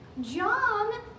John